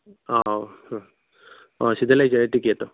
ꯑꯥ ꯎꯝ ꯑꯣ ꯁꯤꯗ ꯂꯩꯖꯔꯦ ꯇꯤꯀꯦꯠꯇꯣ